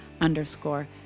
underscore